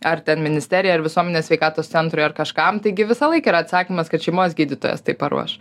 ar ten ministerija ar visuomenės sveikatos centrui ar kažkam taigi visąlaik yra atsakymas kad šeimos gydytojas tai paruoš